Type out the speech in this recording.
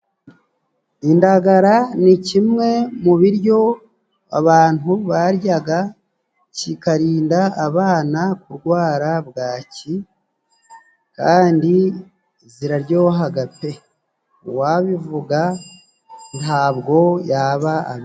Indagara ni kimwe mu biryo abantu baryaga kikarinda abana kurwara bwaki kandi ziraryohaga pe! Uwabivuga ntabwo yaba abe...